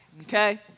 Okay